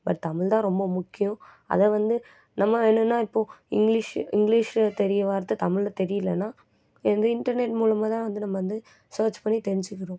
but Tamil தான் ரொம்ப முக்கியம் அதை வந்து நம்ம என்னென்னால் இப்போது இங்கிலீஷ் இங்கிலீஷில் தெரிய வார்த்தை தமிழில் தெரியிலைன்னா இந்த இன்டர்நெட் மூலமாக தான் வந்து நம்ம வந்து ஸேர்ச் பண்ணி தெரிஞ்சுக்கிறோம்